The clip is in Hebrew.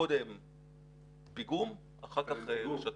קודם פיגום, אחר כך רשתות.